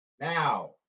Now